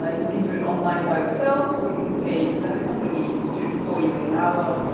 ah you can do it online by yourself or you can pay another company to do it for you in an hour.